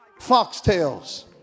foxtails